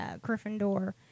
Gryffindor